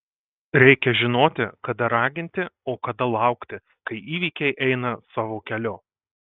reikia žinoti kada raginti o kada laukti kai įvykiai eina savo keliu